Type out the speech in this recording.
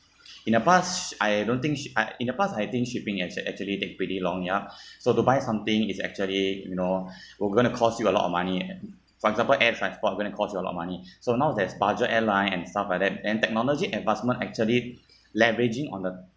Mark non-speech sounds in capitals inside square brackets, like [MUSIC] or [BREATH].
in the past I don't think shi~ I in the past I think shipping actua~ actually take pretty long ya [BREATH] so to buy something is actually you know [BREATH] will going to cost you a lot of money for example air transport going to cost you a lot of money [BREATH] so now there's budget airline and stuff like that and technology advancement actually leveraging on the